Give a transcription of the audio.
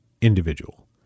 individual